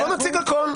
בוא נציג הכול.